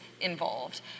involved